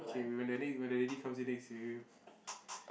okay when the l~ when the lady comes in then you say